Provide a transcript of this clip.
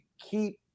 keep